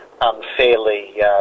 unfairly